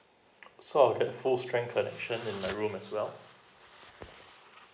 so I'll get a full strength connection in the room as well